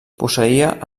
posseïa